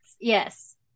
Yes